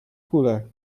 kule